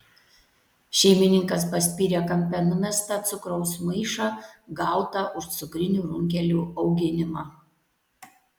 šeimininkas paspyrė kampe numestą cukraus maišą gautą už cukrinių runkelių auginimą